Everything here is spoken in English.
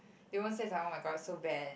they won't say it's like oh-my-god so bad